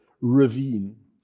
Ravine